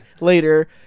later